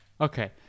Okay